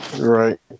right